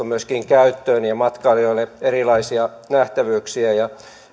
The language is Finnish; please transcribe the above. myöskin käyttöön ja matkailijoille erilaisia nähtävyyksiä ja